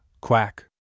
Quack